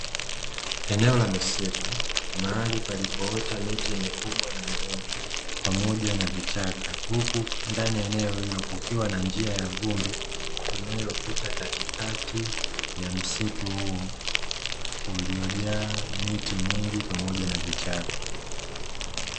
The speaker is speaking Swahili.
Eneo la misitu mahali ilipoota miti mikubwa na midogo , pamoja na vichaka huku ndani ya eneo hilo kukiwa na njia ya vumbi inayopita katikati ya msitu huu ,uliojaa miti mingi pamoja na vichaka.